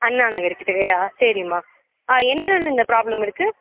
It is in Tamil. அண்ணா நகருக்கிட்டகையா சரிமா ஆ என்றைல இருந்து இந்த ப்ராப்ளம் இருக்குது